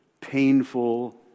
painful